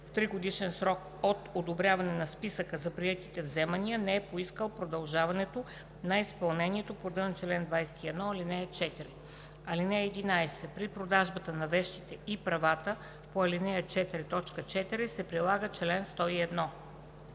в тригодишен срок от одобряване на списъка на приетите вземания не е поискал продължаване на изпълнението по реда на чл. 21, ал. 4. (11) При продажбата на вещите и правата по ал. 4, т. 4 се прилага чл. 101.“